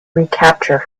recapture